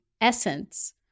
essence